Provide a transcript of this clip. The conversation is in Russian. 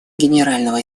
генерального